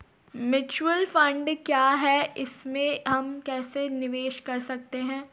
Mutual fund क्या है इसमें हम कैसे निवेश कर सकते हैं?